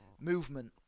movement